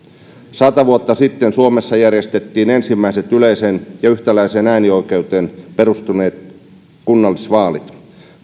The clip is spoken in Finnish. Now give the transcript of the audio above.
sata vuotta sitten suomessa järjestettiin ensimmäiset yleiseen ja yhtäläiseen äänioikeuteen perustuneet kunnallisvaalit